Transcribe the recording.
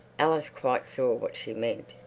alice quite saw what she meant.